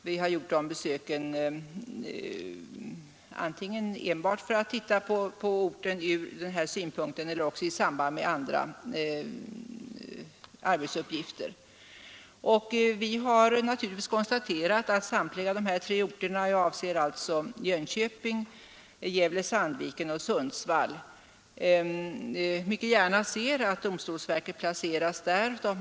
Vi har gjort dessa besök antingen enbart för att se på respektive ort från denna synpunkt eller också i samband med andra arbetsuppgifter. Vi har naturligtvis konstaterat att var och en av de tre orterna — jag avser alltså Jönköping, Gävle-Sandviken och Sundsvall — mycket gärna ser att domstolsverket placeras just där.